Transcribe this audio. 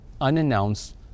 unannounced